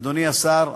אדוני השר,